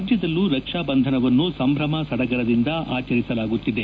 ರಾಜ್ಯದಲ್ಲೂ ರಕ್ಷಾ ಬಂಧನವನ್ನು ಸಂಭ್ರಮ ಸಡಗರದಿಂದ ಆಚರಿಸಲಾಗುತ್ತಿದೆ